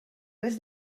les